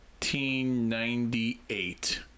1998